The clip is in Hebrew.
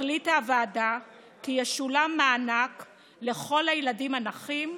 החליטה הוועדה כי ישולם מענק לכל הילדים הנכים.